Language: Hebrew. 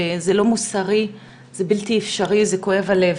זה לא מוסרי, זה בלתי אפשרי, כואב הלב.